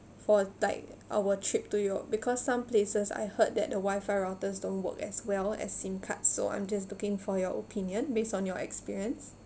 for like our trip to you all because some places I heard that the wifi routers don't work as well as SIM card so I'm just looking for your opinion based on your experience